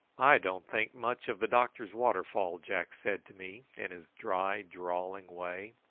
i don't think much of the doctor's waterfall, jack said to me, in his dry drawling way.